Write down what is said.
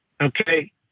okay